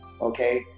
okay